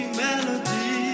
melody